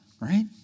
right